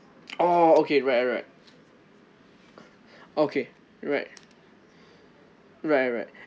oh okay alright alright okay alright alright alright